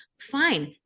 Fine